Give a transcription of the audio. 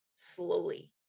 slowly